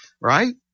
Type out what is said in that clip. right